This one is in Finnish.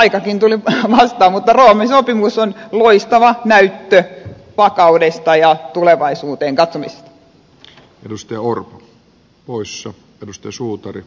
aikakin tuli vastaan mutta raamisopimus on loistava näyttö vakaudesta ja tulevaisuuteen katsomisesta